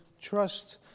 trust